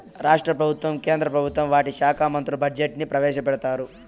రాష్ట్ర ప్రభుత్వం కేంద్ర ప్రభుత్వం వాటి శాఖా మంత్రులు బడ్జెట్ ని ప్రవేశపెడతారు